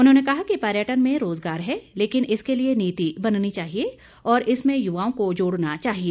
उन्होंने कहा कि पर्यटन में रोजगार है लेकिन इसके लिए नीति बननी चाहिए और इसमें युवाओं को जोड़ना चाहिए